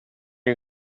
you